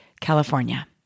California